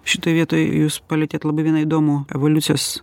šitoj vietoj jūs palietėt labai vieną įdomų evoliucijos